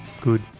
Good